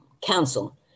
Council